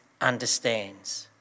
understands